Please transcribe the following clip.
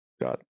God